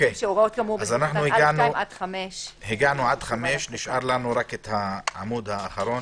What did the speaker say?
אז הגענו עד 5. נשאר לנו רק העמוד האחרון,